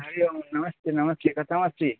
हरियोम् नमस्ते नमस्ते कथमस्ति